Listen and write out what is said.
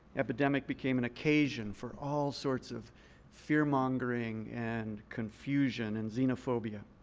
epidemic became an occasion for all sorts of fearmongering and confusion and xenophobia.